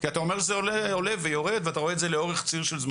כי אתה אומר שזה עולה ויורד ושאתה רואה את זה לאורך ציר של זמן.